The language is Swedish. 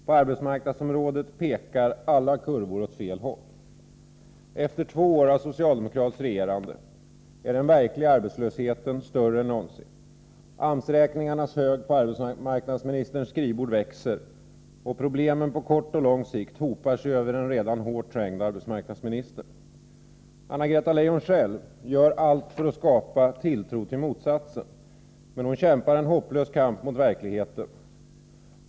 På arbetsmarknadsområdet pekar alla kurvor åt fel håll. Efter två år av socialdemokratiskt regerande är den verkliga arbetslösheten större än någonsin. AMS-räkningarnas hög på arbetsmarknadsministerns skrivbord växer, och problemen på kort och lång sikt hopar sig över en redan hårt trängd arbetsmarknadsminister. Anna-Greta Leijon själv gör allt för att skapa tilltro till motsatsen, men hon kämpar en hopplös kamp mot verkligheten.